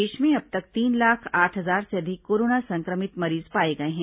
प्रदेश में अब तक तीन लाख आठ हजार से अधिक कोरोना संक्रमित मरीज पाए गए हैं